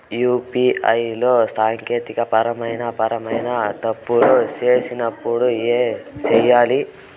UPI లో సాంకేతికపరమైన పరమైన తప్పులు వచ్చినప్పుడు ఏమి సేయాలి